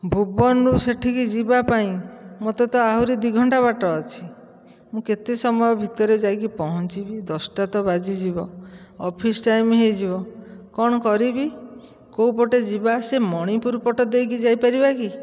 ଭୁବନରୁ ସେଠିକି ଯିବା ପାଇଁ ମୋତେ ତ ଆହୁରି ଦୁଇ ଘଣ୍ଟା ବାଟ ଅଛି ମୁଁ କେତେ ସମୟ ଭିତରେ ଯାଇକି ପହଞ୍ଚିବି ଦଶଟା ତ ବାଜିଯିବ ଅଫିସ୍ ଟାଇମ୍ ହୋଇଯିବ କ'ଣ କରିବି କେଉଁ ପଟେ ଯିବା ସେ ମଣିପୁର ପଟେ ଦେଇକି ଯାଇପାରିବା କି